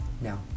No